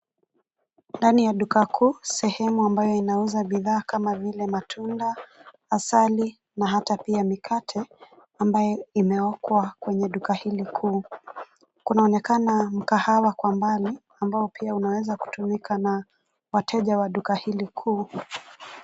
Ndani ya duka kuu sehemu ambayo inauza bidhaa kama vile matunda, asali na hata pia mikate ambayo imeokwa kwenye duka hili kuu. Kunaonekana mkahawa kwa mbali, ambao pia unaweza kutumika na wateja wa duka hili kuu.